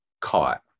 caught